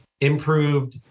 improved